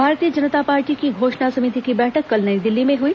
भारतीय जनता पार्टी की घोषणा समिति की बैठक कल नई दिल्ली में हुई